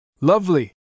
Lovely